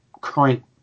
current